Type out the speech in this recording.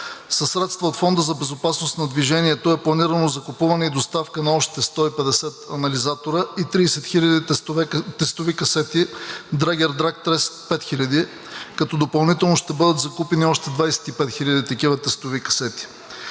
средства от Фонда за безопасност на движението е планирано закупуване и доставка на още 150 анализатора и 30 хиляди тестови касети, дрегер „DrugTest 5000“, като допълнително ще бъдат закупени още 25 хиляди такива тестови касети.